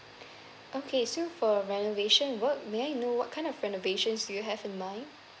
okay so for renovation work may I know what kind of renovations do you have in mind